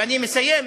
ואני מסיים,